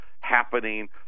happening